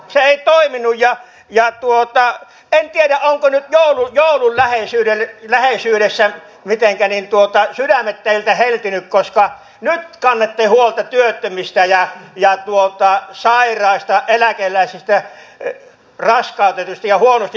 se ei toiminut ja en tiedä ovatko nyt joulun läheisyydessä mitenkä sydämet teiltä heltyneet koska nyt kannatte huolta työttömistä ja sairaista ja eläkeläisistä ja raskautetuista ja huonosti toimeentulevista